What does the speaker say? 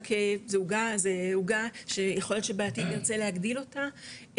כעוגה שיכול להיות שבעתיד נרצה להגדיל אותה,